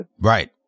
Right